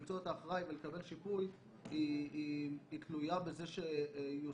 למצוא את האחראי ולקבל שיפוי היא תלויה בזה שיוסדר